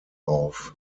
auf